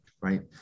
right